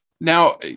Now